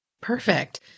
Perfect